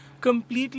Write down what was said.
completely